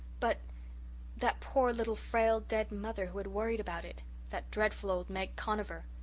but that poor little, frail, dead mother who had worried about it that dreadful old meg conover.